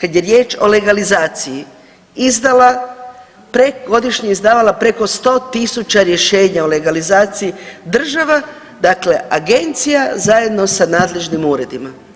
kad je riječ o legalizaciji godišnje izdavala preko 100.000 rješenja o legalizaciji država, dakle agencija zajedno sa nadležnim uredima.